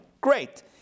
Great